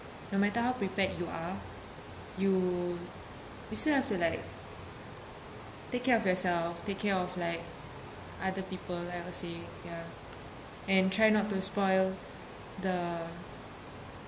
no matter how prepared you are you you still have to like take care of yourself take care of like other people I would say ya and try not to spoil the